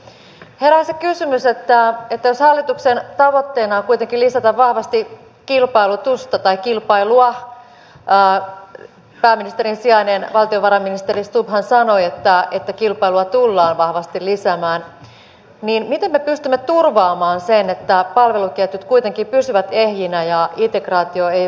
herää se kysymys että jos hallituksen tavoitteena on kuitenkin lisätä vahvasti kilpailutusta tai kilpailua pääministerin sijainen valtiovarainministeri stubbhan sanoi että kilpailua tullaan vahvasti lisäämään niin miten me pystymme turvaamaan sen että palveluketjut kuitenkin pysyvät ehjinä ja integraatio ei vaarannu